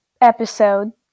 episode